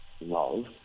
love